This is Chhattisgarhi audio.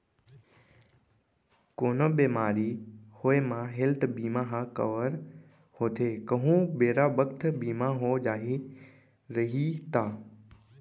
कोनो बेमारी होये म हेल्थ बीमा ह कव्हर होथे कहूं बेरा बखत बीमा हो जाही रइही ता